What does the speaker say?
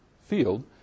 field